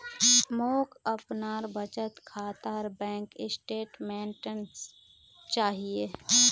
मोक अपनार बचत खातार बैंक स्टेटमेंट्स चाहिए